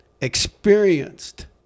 experienced